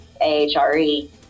AHRE